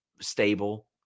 stable